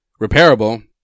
repairable